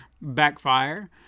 backfire